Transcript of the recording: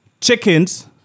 Chickens